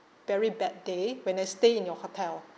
very bad day when I stay in your hotel